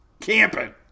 camping